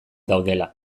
daudela